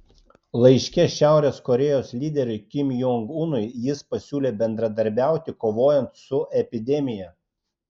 laiške šiaurės korėjos lyderiui kim jong unui jis pasiūlė bendradarbiauti kovojant su epidemija